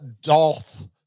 Dolph